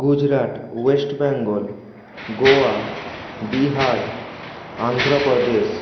Gujarat west Bengal Goa Bihar Andhra Pradesh